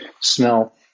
smell